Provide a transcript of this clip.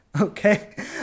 Okay